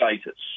status